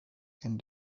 and